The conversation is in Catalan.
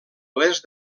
oest